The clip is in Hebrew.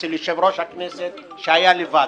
אצל יושב-ראש הכנסת שהיה לבד.